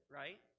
right